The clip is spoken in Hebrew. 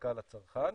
לאספקה לצרכן.